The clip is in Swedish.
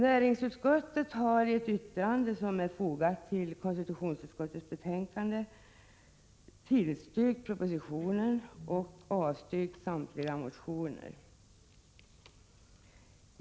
Näringsutskottet har i ett yttrande som är fogat till konstitutionsutskottets betänkande tillstyrkt propositionen och avstyrkt samtliga motioner.